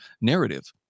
narrative